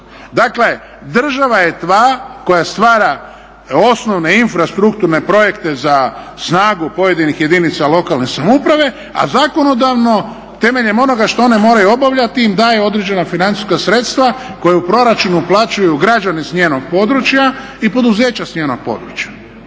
Dakle država je ta koja stvara osnovne infrastrukturne projekte za snagu pojedinih jedinica lokalne samouprave a zakonodavno temeljem onoga što one moraju obavljati im daje određena financijska sredstva koje u proračunu plaćaju građani sa njenog područja i poduzeća sa njenog područja.